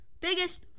Biggest